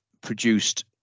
produced